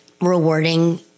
rewarding